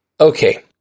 Okay